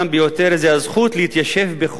זו הזכות להתיישב בכל מקום,